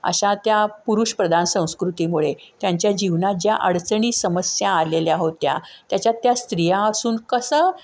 अशा त्या पुरुषप्रधान संस्कृतीमुळे त्यांच्या जीवनात ज्या अडचणी समस्या आलेल्या होत्या त्याच्यात त्या स्त्रिया असून कसं